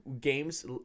games